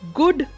good